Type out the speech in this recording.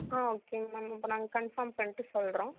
ஆ okay ma'am இப்போ நாங்கள் confirm பண்ணிட்டு சொல்கிறோம்